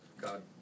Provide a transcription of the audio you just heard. God